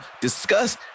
discuss